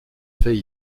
fait